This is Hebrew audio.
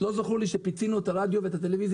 לא זכור לי שפיצינו את הרדיו ואת הטלוויזיה